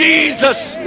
Jesus